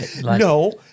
No